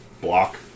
block